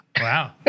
Wow